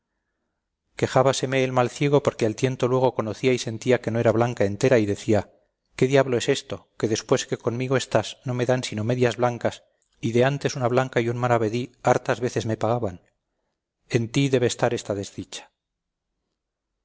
justo precio quejábaseme el mal ciego porque al tiento luego conocía y sentía que no era blanca entera y decía qué diablo es esto que después que conmigo estás no me dan sino medias blancas y de antes una blanca y un maravedí hartas veces me pagaban en ti debe estar esta desdicha